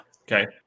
Okay